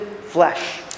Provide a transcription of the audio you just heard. flesh